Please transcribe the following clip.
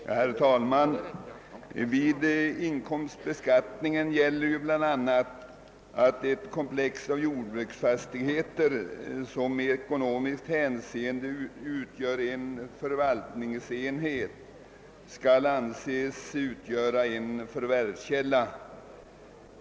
Herr talman! Vid inkomstbeskattningen gäller bl.a., att ett komplex av jordbruksfastigheter, som i ekonomiskt hänseende utgör en förvaltningsenhet, skall anses utgöra en förvärvskälla.